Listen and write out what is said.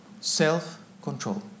Self-control